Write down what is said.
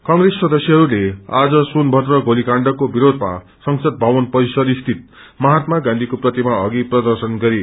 कंप्रेस सांसदहरूले आज सोनथद्र गोलीकाण्डको विरोधमा संसद भवन परिसर स्थित महात्मा गाँधीको प्रतिमा अघि प्रदर्शन गरे